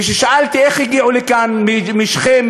וכששאלתי איך הגיעו לכאן משכם,